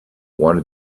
wanted